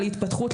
להתפתחות,